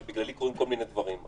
שבגללי קורים כל מיני דברים.